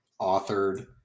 authored